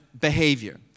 behavior